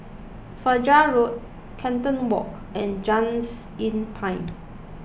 Fajar Road Carlton Walk and Just Inn Pine